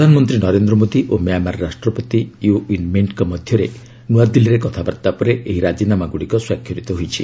ପ୍ରଧାନମନ୍ତ୍ରୀ ନରେନ୍ଦ୍ର ମୋଦୀ ଓ ମ୍ୟାମାର ରାଷ୍ଟ୍ରପତି ୟୁ ଓ୍ୱିନ୍ ମିଣ୍ଟ୍ଙ୍କ ମଧ୍ୟରେ ନ୍ତଆଦିଲ୍ଲୀରେ କଥାବାର୍ତ୍ତା ପରେ ଏହି ରାଜିନାମାଗ୍ରଡ଼ିକ ସ୍ୱାକ୍ଷରିତ ହୋଇଛି